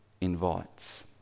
invites